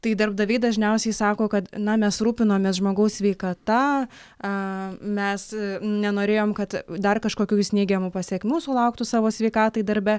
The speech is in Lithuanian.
tai darbdaviai dažniausiai sako kad na mes rūpinomės žmogaus sveikata aa mes nenorėjom kad dar kažkokių jis neigiamų pasekmių sulauktų savo sveikatai darbe